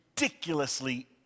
Ridiculously